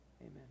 Amen